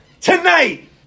Tonight